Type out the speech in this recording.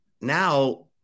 Now